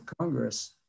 Congress